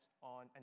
on